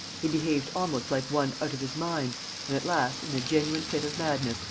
he behaved almost like one out of his mind and, at last, in a genuine fit of madness,